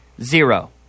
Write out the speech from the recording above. zero